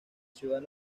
ciudad